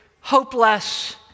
hopeless